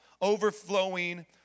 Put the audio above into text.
overflowing